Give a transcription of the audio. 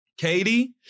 Katie